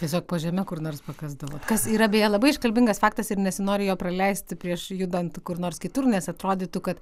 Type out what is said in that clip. tiesiog po žeme kur nors pakasdavo kas yra beje labai iškalbingas faktas ir nesinori jo praleisti prieš judant kur nors kitur nes atrodytų kad